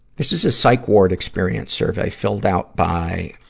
this is a psych ward experience survey filled out by,